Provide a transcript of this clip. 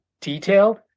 detailed